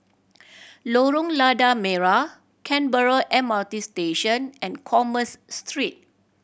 Lorong Lada Merah Canberra M R T Station and Commerce Street